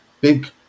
big